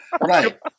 Right